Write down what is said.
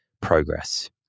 progress